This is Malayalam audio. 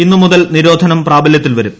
ഇന്ന് മുതൽ നിരോധനം പ്രാബല്യത്തിൽ വരും